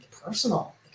personal